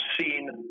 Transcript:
seen